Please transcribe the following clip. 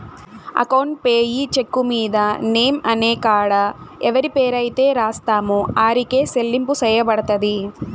account payee cheque మీద name అనే కాడ ఎవరి పేరైతే రాస్తామో ఆరికే సెల్లింపు సెయ్యబడతది